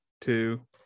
two